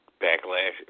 backlash